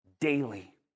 daily